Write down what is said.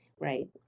right